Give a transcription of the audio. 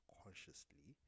consciously